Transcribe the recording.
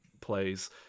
plays